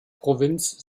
provinz